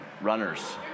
runners